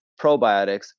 probiotics